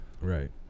Right